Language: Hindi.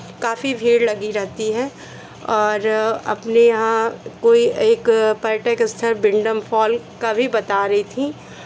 काफ़ी भीड़ लगी रहेती है और अपने यहाँ कोई एक पर्यटक स्थल ब्रिंडम फ़ॉल का भी बता रही थीं